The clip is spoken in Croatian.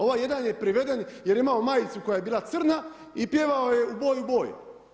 Ovaj jedan je priveden jer je imao majicu koja je bila crna i pjevao je u boj u boj.